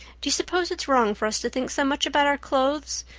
do you suppose it's wrong for us to think so much about our clothes?